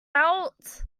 out